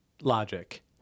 logic